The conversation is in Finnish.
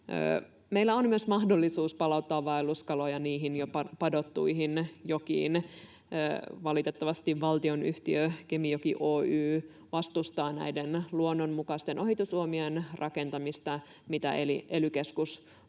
Meillä on myös mahdollisuus palauttaa vaelluskaloja niihin jopa padottuihin jokiin. Valitettavasti valtionyhtiö Kemijoki Oy vastustaa näiden luonnonmukaisten ohitusuomien rakentamista, joita ely-keskus